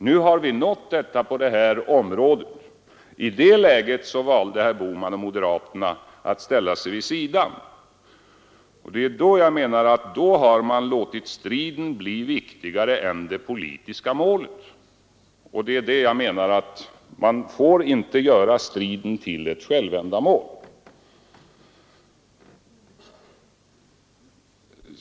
Nu har vi på detta område nått dithän, och i det läget borde inte herr Bohman och moderaterna ha ställt sig vid sidan om. Det är då, menar jag, som man har låtit striden bli viktigare än det politiska målet. Jag menar att man inte får göra striden till ett självändamål.